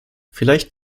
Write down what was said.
vielleicht